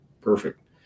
perfect